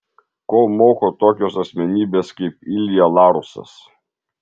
ko moko tokios asmenybės kaip ilja laursas